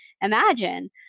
imagine